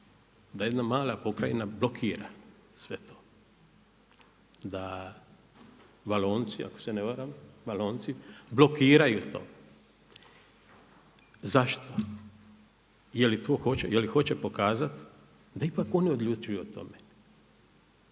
da jedna mala pokrajina blokira sve to, da Valonci ako se ne varam blokiraju to. Zašto? Je li hoće pokazati da ipak oni odlučuju o tome